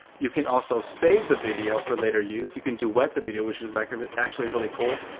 you can also save the video for later use. you can duet the video, which is actually actually really cool.